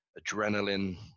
adrenaline